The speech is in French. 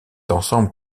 ensemble